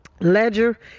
ledger